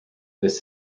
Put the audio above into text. this